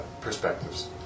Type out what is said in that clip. perspectives